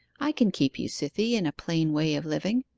i can keep you, cythie, in a plain way of living.